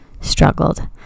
struggled